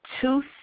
two